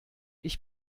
ich